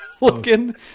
looking